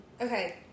Okay